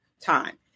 time